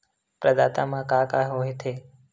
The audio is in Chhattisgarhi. प्रदाता मा का का हो थे?